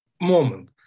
moment